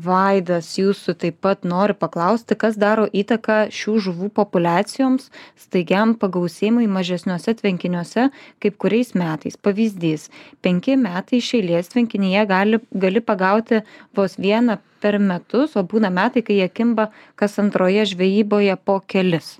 vaidas jūsų taip pat noriu paklausti kas daro įtaką šių žuvų populiacijoms staigiam pagausėjimui mažesniuose tvenkiniuose kaip kuriais metais pavyzdys penki metai iš eilės tvenkinyje gali gali pagauti vos vieną per metus o būna metai kai jie kimba kas antroje žvejyboje po kelis